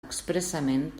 expressament